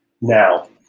Now